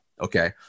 okay